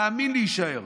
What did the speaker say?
תאמין לי, יישאר.